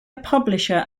publisher